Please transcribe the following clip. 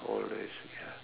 old days ya